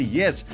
yes